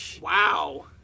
Wow